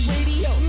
Radio